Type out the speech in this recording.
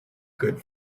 good